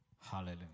Hallelujah